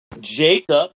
Jacob